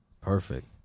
Perfect